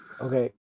Okay